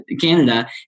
Canada